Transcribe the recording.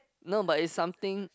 no but is something